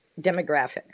demographic